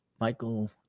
Michael